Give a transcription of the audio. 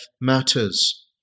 matters